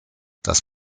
das